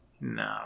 No